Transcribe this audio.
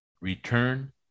return